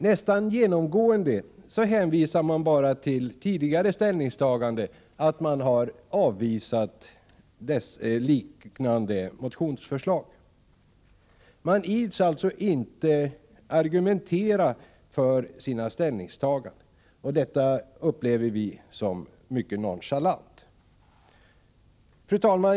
Nästan genomgående hänvisar man bara till tidigare ställningstaganden, att man har avvisat liknande motionsförslag. Man ids alltså inte argumentera för sina ställningstaganden. Detta upplever vi som mycket nonchalant. Fru talman!